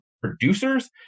producers